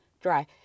Dry